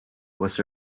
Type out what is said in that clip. was